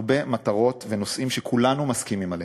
הרבה מטרות ונושאים שכולנו מסכימים עליהם,